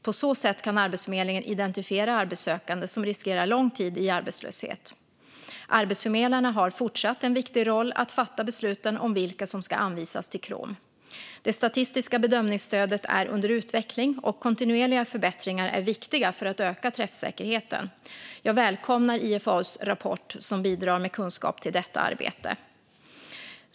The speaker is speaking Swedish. På så sätt kan Arbetsförmedlingen identifiera arbetssökande som riskerar lång tid i arbetslöshet. Arbetsförmedlarna har fortsatt en viktig roll och fattar besluten om vilka som ska anvisas till Krom. Det statistiska bedömningsstödet är under utveckling, och kontinuerliga förbättringar är viktiga för att öka träffsäkerheten. Jag välkomnar IFAU:s rapport, som bidrar med kunskap till detta arbete.